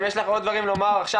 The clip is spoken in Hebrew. אם יש לך עוד דברים לומר עכשיו,